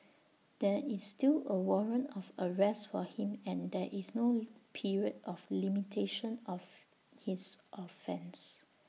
there is still A warrant of arrest for him and there is no period of limitation of his offence